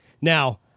Now